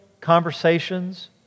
conversations